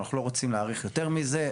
אנחנו לא רוצים להאריך יותר מזה.